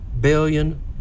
billion